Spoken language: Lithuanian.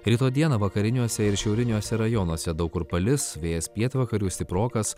rytoj dieną vakariniuose ir šiauriniuose rajonuose daug kur palis vėjas pietvakarių stiprokas